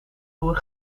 loer